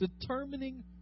determining